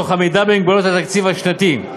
תוך עמידה במגבלות התקציב השנתי.